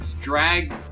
drag